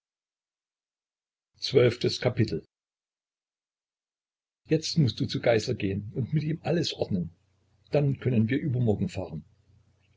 jetzt mußt du zu geißler gehen und mit ihm alles ordnen dann können wir übermorgen fahren